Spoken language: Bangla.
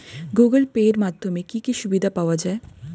গুগোল পে এর মাধ্যমে কি কি সুবিধা পাওয়া যায়?